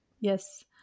Yes